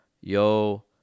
Yo